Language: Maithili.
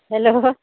हेलो